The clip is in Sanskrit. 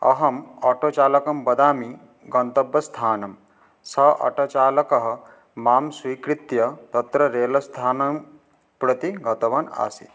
अहम् आटोचालकं वदामि गन्तव्यस्थानं सः आटोचालकः मां स्वीकृत्य तत्र रेलस्थानं प्रति गतवान् आसीत्